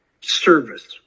service